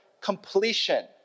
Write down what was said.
completion